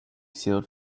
sealed